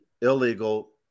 illegal